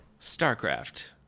Starcraft